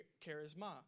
charisma